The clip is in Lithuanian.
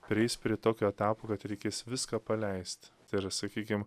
prieis prie tokio etapo kad reikės viską paleist tai yra sakykim